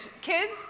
Kids